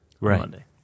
Monday